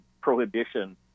prohibition